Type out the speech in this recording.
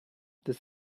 this